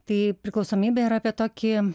tai priklausomybė yra apie tokį